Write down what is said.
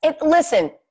listen